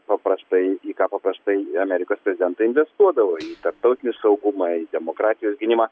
paprastai į ką paprastai amerikos prezidentai investuodavo į tarptautinį saugumą į demokratijos gynimą